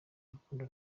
urukundo